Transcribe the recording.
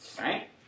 right